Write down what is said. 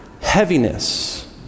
heaviness